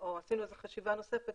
עשינו חשיבה נוספת